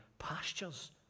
pastures